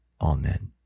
Amen